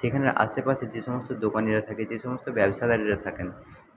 সেখানে আশেপাশে যে সমস্ত দোকানিরা থাকে যে সমস্ত ব্যবসাদারিরা থাকেন